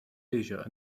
asia